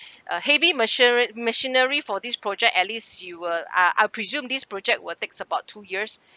uh heavy machiry~ machinery for this project at least you uh ah I presume these project will takes about two years